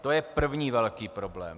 To je první velký problém.